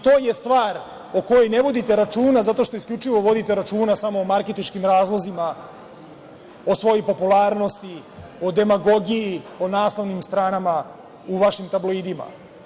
To je stvar o kojoj ne vodite računa zato što isključivo vodite računa o marketinškim razlozima, o svojoj popularnosti, o demagogiji, o naslovnim stranama u vašim tabloidima.